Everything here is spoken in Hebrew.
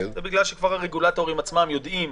זה בגלל שהרגולטורים עצמם כבר יודעים